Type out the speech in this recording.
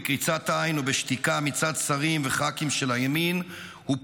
בקריצת עין או בשתיקה מצד שרים וח"כים של הימין הוא פוטש,